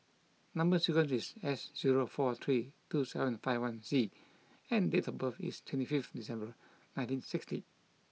number sequence is S zero four three two seven five one C and date of birth is twenty fifth December nineteen sixty